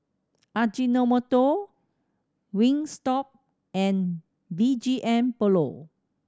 Ajinomoto Wingstop and B G M Polo